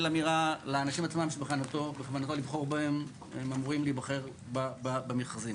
אמירה לאנשים עצמם בכוונתו לבחור בהם ובם אמורים להיבחר במכרזים.